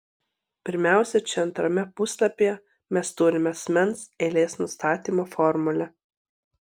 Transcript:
pirmiausia čia antrame puslapyje mes turime asmens eilės nustatymo formulę